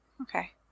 Okay